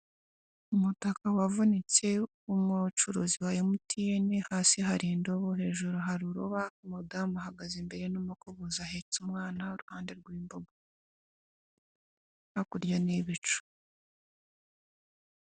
Umutaka wavunitse w'u bacuruzi wa MTN, hasi hari indobo, hejuru hari urubaho, umudamu ahagaze imbere n'umukubuzo, ahetse umwana iruhande rw'indobo. Hakurya ni'ibicu.